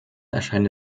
erscheint